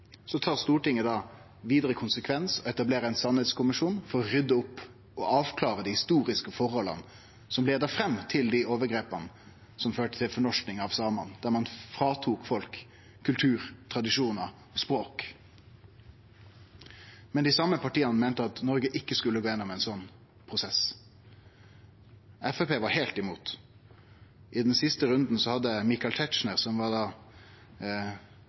Så tar Stortinget vidare konsekvensen av dette og etablerer ein sanningskommisjon for å rydde opp og avklare dei historiske forholda som leidde fram til dei overgrepa som førte til fornorsking av samane, der ein tok frå folk kultur, tradisjonar og språk. Men dei same partia meinte at Noreg ikkje skulle gå igjennom ein slik prosess. Framstegspartiet var heilt imot. I den siste runden hadde Michael Tetzschner, som var